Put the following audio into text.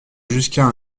jusqu’à